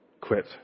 quit